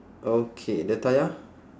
okay the tayar